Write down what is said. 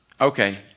Okay